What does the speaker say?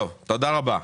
תודה רבה.